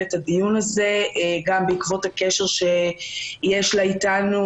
את הדיון הזה גם בעקבות הקשר המקצועי שיש לה איתנו.